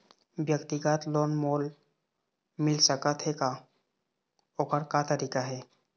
व्यक्तिगत लोन मोल मिल सकत हे का, ओकर का तरीका हे?